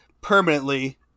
permanently